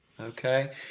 Okay